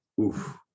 Oof